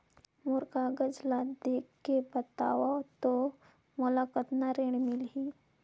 मोर कागज ला देखके बताव तो मोला कतना ऋण मिलही?